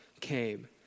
came